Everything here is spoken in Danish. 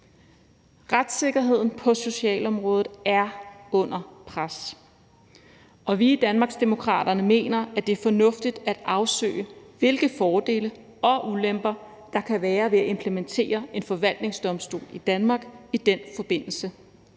Retssikkerheden på socialområdet er under pres. Vi i Danmarksdemokraterne mener, at det er fornuftigt at afsøge, hvilke fordele og ulemper der kan være ved at implementere en forvaltningsdomstol i Danmark i den forbindelse,